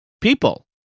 people